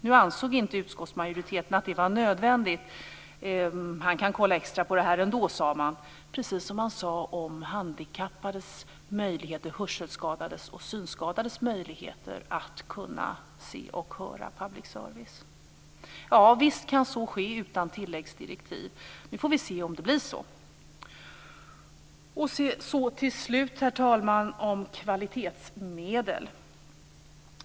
Nu ansåg inte utskottsmajoriteten att det var nödvändigt. Man kan kolla extra på detta, sade man, precis som man sade om handikappades, hörsel och synskadades möjligheter att se och höra public service. Visst kan så ske utan tilläggsdirektiv. Nu får vi se om det blir så. Till slut, herr talman, om kvalitetsmedel.